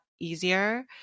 easier